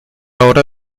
hora